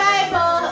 Bible